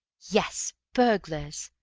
yes burglars!